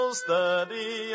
steady